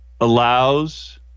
allows